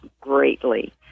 greatly